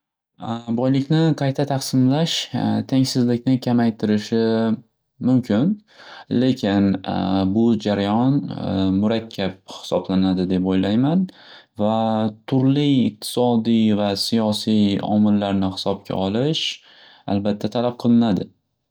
Boylikni qayta taqsimlash tengsizlikni kamaytirishi mumkin, lekin bu jarayon murakkab hisoblanadi deb o'ylayman va turli iqtisodiy va siyosiy omillarni hisobga olish albatta ta'lab qilinadi.